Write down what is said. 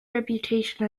reputation